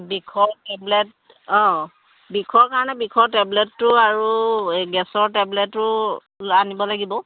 বিষৰ টেবলেট অঁ বিষৰ কাৰণে বিষৰ টেবলেটটো আৰু এই গেছৰ টেবলেটো আনিব লাগিব